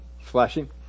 flashing